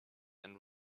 and